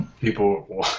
people